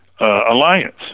alliance